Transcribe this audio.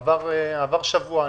עבר שבוע.